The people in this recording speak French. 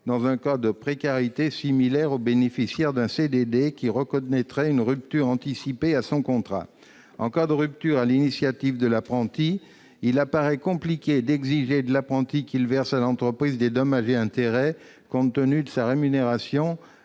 dans un cas de précarité similaire à celui du bénéficiaire d'un CDD qui connaîtrait une rupture anticipée de son contrat. En cas de rupture sur l'initiative de l'apprenti, il apparaît compliqué d'exiger de celui-ci qu'il verse à l'entreprise des dommages et intérêts compte tenu de sa rémunération,